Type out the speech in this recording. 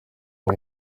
uwo